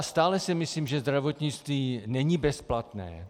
Stále si myslím, že zdravotnictví není bezplatné.